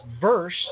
verse